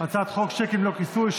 הצעת חוק שיקים ללא כיסוי,